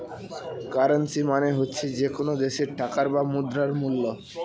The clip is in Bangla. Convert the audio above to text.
কারেন্সী মানে হচ্ছে যে কোনো দেশের টাকার বা মুদ্রার মূল্য